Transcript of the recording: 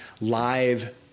live